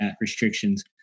restrictions